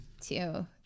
two